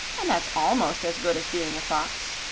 and that's almost as good as being a fox.